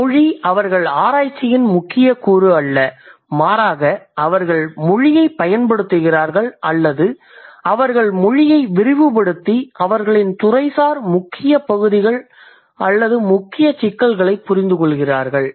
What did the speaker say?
ஆனால் மொழி அவர்கள் ஆராய்ச்சியின் முக்கியக்கூறு அல்ல மாறாக அவர்கள் மொழியைப் பயன்படுத்துகிறார்கள் அல்லது அவர்கள் மொழியை விரிவுபடுத்தி அவர்களின் துறைசார் முக்கிய பகுதிகள் அல்லது முக்கிய சிக்கல்களைப் புரிந்துகொள்கிறார்கள்